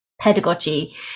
pedagogy